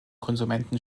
konsumenten